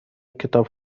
کتاب